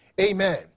Amen